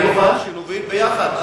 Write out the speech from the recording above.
יחד.